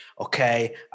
okay